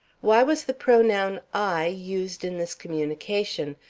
why was the pronoun i used in this communication?